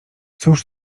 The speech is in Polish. cóż